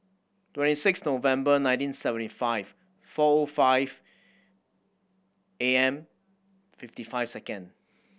twenty six November nineteen seventy five four O five A M fifty five second